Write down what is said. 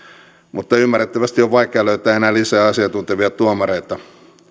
mutta ymmärrettävästi on vaikea löytää enää lisää asiantuntevia tuomareita